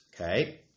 Okay